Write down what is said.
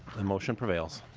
the motion prevails.